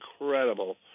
incredible